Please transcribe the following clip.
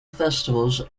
festivals